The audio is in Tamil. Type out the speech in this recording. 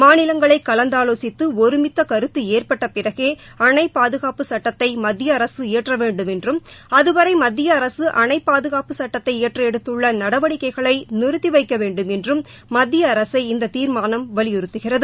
மாநிலங்களை கலந்தாவோசித்து ஒருமித்த கருத்து ஏற்பட்ட பிறகே அணை பாதுகாப்பு சுட்டத்தை மத்திய அரசு இயற்ற வேண்டும் என்றும் அதுவரை மத்திய அரசு அணை பாதுகாப்பு சட்டத்தை இயற்ற எடுத்துள்ள நடவடிக்கைகளை நிறுத்தி வைக்க வேண்டும் என்றும் மத்திய அரசை இந்த தீர்மானம் வலியுறுத்துகிறது